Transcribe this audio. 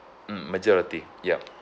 mm majority yup